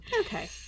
okay